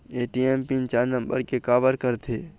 ATM PIN चार number के काबर करथे?